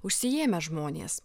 užsiėmę žmonės